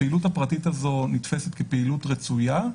הפעילות הפרטית הזאת נתפסת כפעילות רצויה,